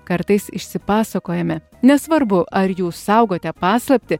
kartais išsipasakojame nesvarbu ar jūs saugote paslaptį